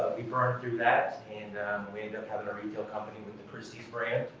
we burned through that, and we ended up having a retail company with the christy's brand.